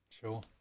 Sure